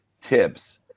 tips